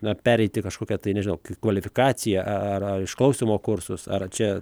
na pereiti kažkokią tai nežinau kaip kvalifikaciją ar ar ar išklausymo kursus ar čia